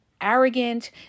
arrogant